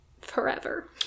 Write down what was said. Forever